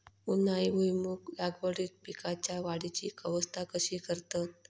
उन्हाळी भुईमूग लागवडीत पीकांच्या वाढीची अवस्था कशी करतत?